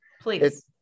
Please